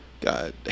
God